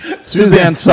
Suzanne